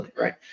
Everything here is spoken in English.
right